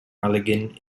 mulligan